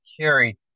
carried –